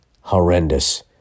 horrendous